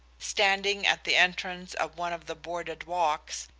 standing at the entrance of one of the boarded walks,